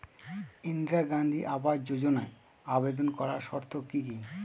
ইন্দিরা গান্ধী আবাস যোজনায় আবেদন করার শর্ত কি কি?